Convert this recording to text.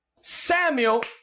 Samuel